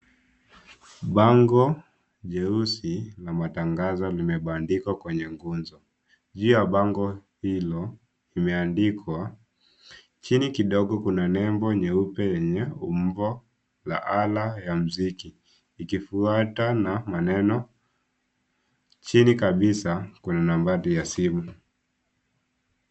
Bango jeusi la matangazo limebandikwa kwenye nguzo. Juu ya bango hilo, imeandikwa. Chini kidogo kuna nembo nyeupe lenye umbo la ala ya muziki, ikifuatwa na maneno. Chini kabisa kuna nambari ya simu.